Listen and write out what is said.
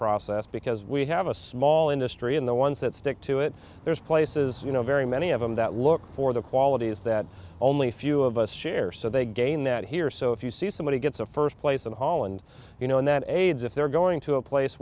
process because we have a small industry in the ones that stick to it there's places you know very many of them that look for the qualities that only a few of us share so they gain that here so if you see somebody gets a first place in holland you know and that aids if they're going to a place